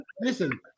listen